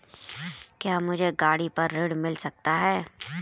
क्या मुझे गाड़ी पर ऋण मिल सकता है?